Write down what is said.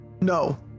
No